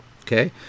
okay